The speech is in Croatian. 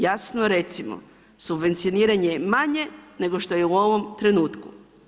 Jasno recimo, subvencioniranje je manje nego što je u ovom trenutku.